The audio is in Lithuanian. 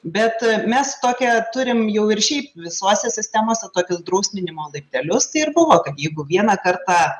bet mes tokią turim jau ir šiaip visose sistemose tokius drausminimo laiptelius ir buvo kad jeigu vieną kartą